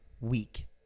week